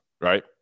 right